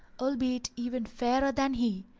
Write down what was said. albeit even fairer than he,